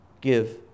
Give